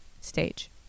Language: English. stage